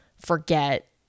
forget